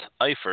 eifert